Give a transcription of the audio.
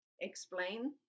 explain